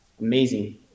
amazing